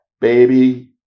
Baby